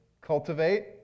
Cultivate